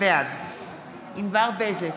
בעד ענבר בזק,